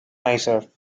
nicer